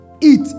eat